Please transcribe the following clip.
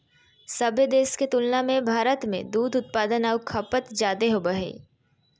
सभे देश के तुलना में भारत में दूध उत्पादन आऊ खपत जादे होबो हइ